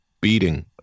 beating